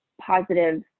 positive